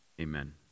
Amen